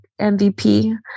MVP